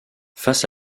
face